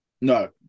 No